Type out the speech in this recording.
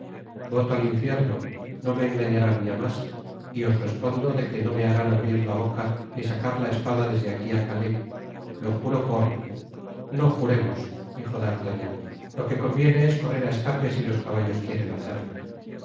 voto al infierno no me engañarán ya mas y os respondo de que no me harán abrir la boca ni sacar la espada desde aquí a calais lo juro por rno juremos dijo d'artagnan lo que conviene es correr á escape si los caballos quieren hacerlo